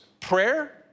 Prayer